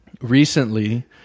recently